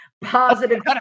positive